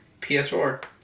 PS4